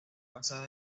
basada